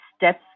steps